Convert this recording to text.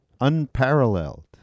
unparalleled